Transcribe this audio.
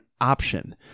option